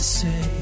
say